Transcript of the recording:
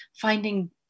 finding